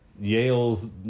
Yale's